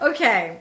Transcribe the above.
Okay